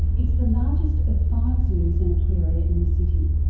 it's the largest of five zoos and aquaria in the city,